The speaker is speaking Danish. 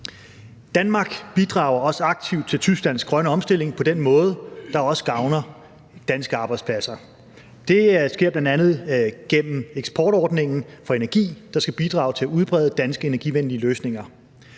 Danmark bidrager også aktivt til Tysklands grønne omstilling på den måde, hvilket også gavner danske arbejdspladser. Det sker bl.a. gennem eksportordningen for energi, der skal bidrage til at udbrede danske energivenlige løsninger.